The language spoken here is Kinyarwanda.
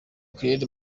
claire